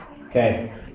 Okay